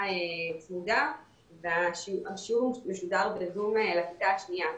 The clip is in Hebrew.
צמודה והשיעור משודר בזום לכיתה השנייה.